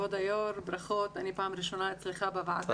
כבוד היו"ר, ברכות, אני פעם ראשונה אצלך בוועדה.